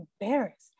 embarrassed